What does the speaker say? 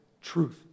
truth